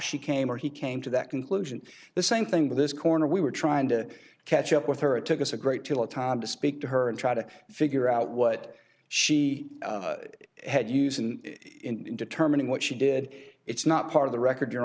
she came or he came to that conclusion the same thing with this corner we were trying to catch up with her it took us a great deal of time to speak to her and try to figure out what she had used and in determining what she did it's not part of the record your